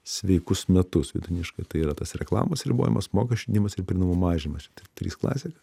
sveikus metus vidutiniškai tai yra tas reklamos ribojimas mokesčių didimas ir prieinamo mažinimas trys klasės